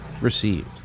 received